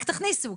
רק תכניסו,